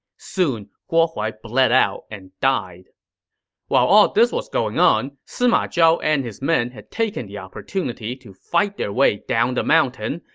soon, guo huai bled out and died while all this was going on, sima zhao and his men had taken the opportunity to fight their way down the mountain,